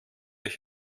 ich